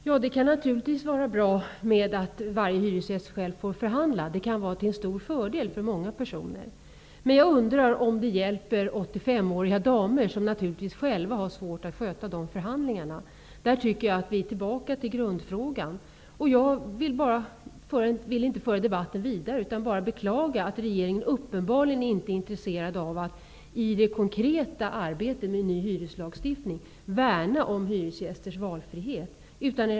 Fru talman! Naturligtvis kan det vara bra om varje hyresgäst själv får förhandla. Det kan vara till stor fördel för många människor. Men hjälper det 85 åriga damer, som har svårt att själva sköta dessa förhandlingar? Vi är då tillbaka vid grundfrågan. Jag vill inte föra debatten vidare utan bara beklaga att regeringen uppenbarligen inte är intresserad av att i det konkreta arbetet med ny hyreslagstiftning värna om hyresgästers valfrihet.